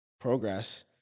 progress